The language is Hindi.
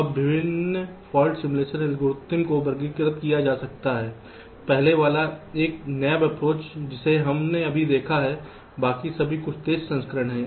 अब विभिन्न फाल्ट सिमुलेशन एल्गोरिदम को वर्गीकृत किया जा सकता है पहले वाला एक नैव अप्रोच जिसे हमने अभी देखा है बाकी सभी कुछ तेज संस्करण हैं